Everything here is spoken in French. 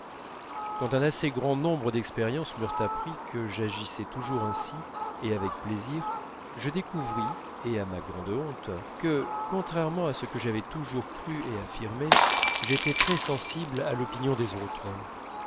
quand un assez grand nombre d'expériences m'eurent appris que j'agissais toujours ainsi et avec plaisir je découvris et à ma grande honte que contrairement à ce que j'avais toujours cru et affirmé j'étais très sensible à l'opinion des autres